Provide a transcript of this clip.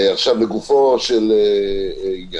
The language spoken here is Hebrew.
עכשיו, לגופו של עניין.